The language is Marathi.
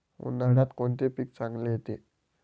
उन्हाळ्यात कोणते पीक चांगले येते?